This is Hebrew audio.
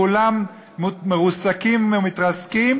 כולם מרוסקים ומתרסקים,